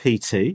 PT